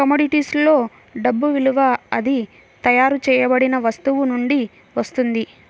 కమోడిటీస్లో డబ్బు విలువ అది తయారు చేయబడిన వస్తువు నుండి వస్తుంది